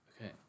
Okay